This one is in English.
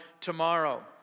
tomorrow